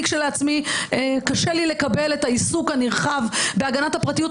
אני כשלעצמי קשה לי לקבל את העיסוק הנרחב בהגנת הפרטיות,